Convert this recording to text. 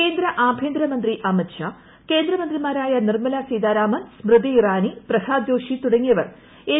കേന്ദ്ര ആഭ്യന്തരമന്ത്രി അമിത് ഷാ കേന്ദ്ര മന്ത്രിമാരായ നിർമ്മല സീതാരാമൻ സ്മൃതി ഇറാനി പ്രഹ്താദ് ജോഷി തുടങ്ങിയവർ എൻ